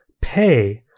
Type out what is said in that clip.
pay